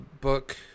book